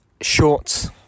Shorts